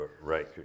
right